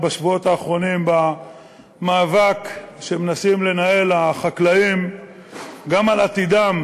בשבועות האחרונים במאבק שמנסים לנהל החקלאים גם על עתידם